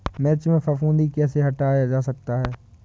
मिर्च में फफूंदी कैसे हटाया जा सकता है?